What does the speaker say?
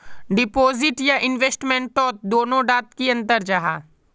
Deposit या investment तोत दोनों डात की अंतर जाहा?